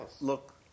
Look